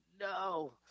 no